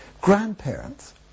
Grandparents